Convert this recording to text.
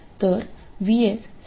तर VS 6